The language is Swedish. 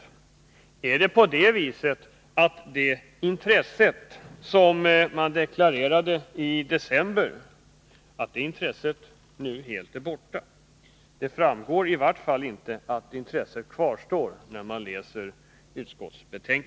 Är det intresse som man deklarerade i december nu helt borta? Det framgår i vart fall inte av utskottsbetänkandet att det intresset kvarstår.